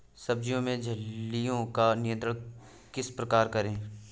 सब्जियों में इल्लियो का नियंत्रण किस प्रकार करें?